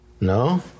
No